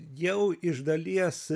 jau iš dalies